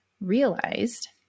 realized